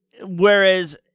whereas